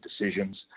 decisions